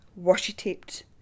washi-taped